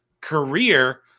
career